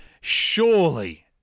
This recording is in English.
Surely